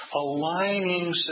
aligning